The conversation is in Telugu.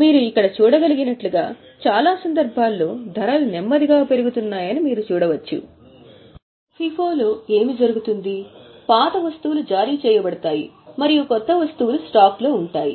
మీరు ఇక్కడ చూడగలిగినట్లుగా చాలా సందర్భాల్లో ధరలు నెమ్మదిగా పెరుగుతున్నాయని మీరు చూడవచ్చు FIFO లో ఏమి జరుగుతుంది పాత వస్తువులు జారీ చేయబడతాయి మరియు క్రొత్త వస్తువులు స్టాక్స్ లో ఉంటాయి